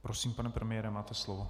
Prosím, pane premiére, máte slovo.